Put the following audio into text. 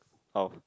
how